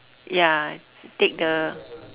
ya take the